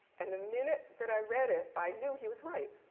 and the minute that i read it, i knew he was right.